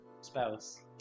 spouse